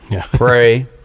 Pray